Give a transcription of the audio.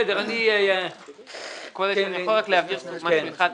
כבוד היושב ראש, אני יכול רק להבהיר משהו אחד?